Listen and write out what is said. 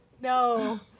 No